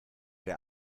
der